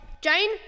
Jane